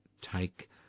take